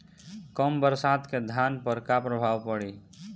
कम बरसात के धान पर का प्रभाव पड़ी?